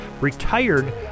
retired